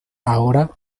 ahora